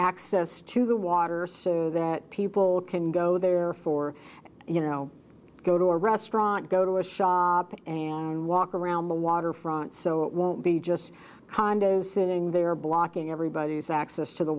access to the water so that people can go there for you know go to a restaurant go to a shop and walk around the waterfront so it won't be just condos sitting there blocking everybody's access to the